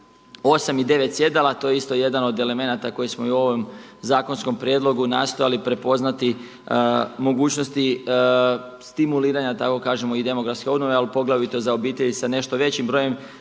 8 i 9 sjedala. To je isto jedan od elemenata koji smo i u ovom zakonskom prijedlogu nastojali prepoznati mogućnosti stimuliranja, da tako kažemo i demografske obnove, ali poglavito za obitelji s nešto većim brojem